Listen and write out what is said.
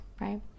right